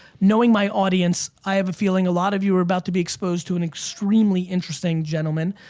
knowing my audience, i have a feeling a lot of you are about to be exposed to an extremely interesting gentlemen.